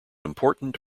important